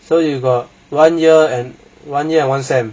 so you've got one year and one year and one sem